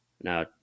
Now